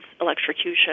electrocution